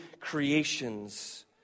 creations